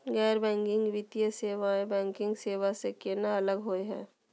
गैर बैंकिंग वित्तीय सेवाएं, बैंकिंग सेवा स केना अलग होई हे?